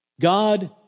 God